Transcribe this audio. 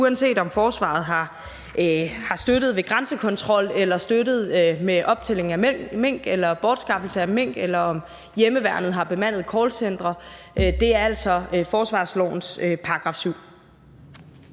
uanset om forsvaret har støttet ved grænsekontrol eller støttet med optælling af mink eller bortskaffelse af mink eller om hjemmeværnet har bemandet callcentre, altså er forsvarslovens § 7.